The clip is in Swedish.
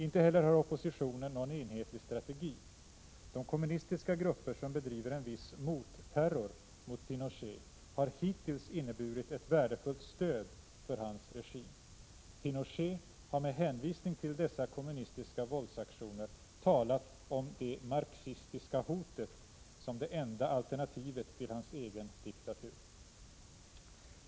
Inte heller har oppositionen någon enhetlig strategi. De kommunistiska grupper som bedriver en viss motterror mot Pinochet har hittills inneburit ett värdefullt stöd för hans regim. Pinochet har med hänvisning till dessa kommunistiska våldsaktioner talat om det ”marxistiska hotet” som det enda alternativet till hans egen diktatur.